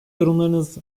yorumlarınız